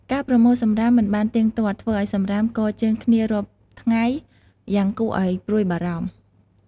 ការប្រមូលសំរាមមិនបានទៀងទាត់ ធ្វើឱ្យសំរាមគរជើងគ្នារាប់ថ្ងៃយ៉ាងគួរឲ្យព្រួយបារម្ភ។